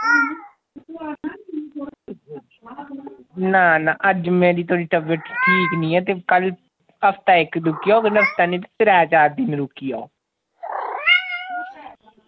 ना ना अज्ज मेरी थोह्ड़ी तबीयत ठीक निं ऐ ते कल हफ्ता इक रुकी जाओ ते कन्नै हफ्ता नेईं ते त्रै चार दिन रुकी जाओ